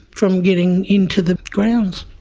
from getting into the grounds.